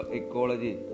ecology